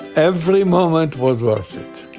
every moment was worth it.